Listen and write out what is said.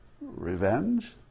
Revenge